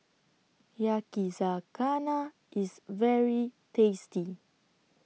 Yakizakana IS very tasty